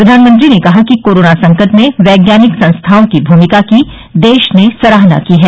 प्रधानमंत्री ने कहा कि कोरोना संकट में वैज्ञानिक संस्थाओं की भूमिका की देश ने सराहना की है